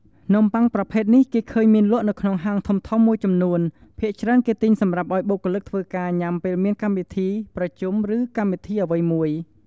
នំបុ័ងប្រភេទនេះគេឃើញមានលក់នៅក្នុងហាងធំៗមួយចំនួន ភាគច្រើនគេទិញសម្រាប់ឲ្យបុគ្គលិកធ្វើការញុាំពេលមានកម្មវីធីប្រជុំឬកម្មវីធីអ្វីមួយ។